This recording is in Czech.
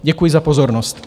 Děkuji za pozornost.